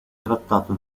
trattato